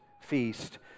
feast